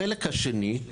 החלק השני,